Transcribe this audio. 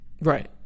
Right